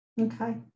Okay